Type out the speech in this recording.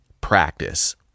practice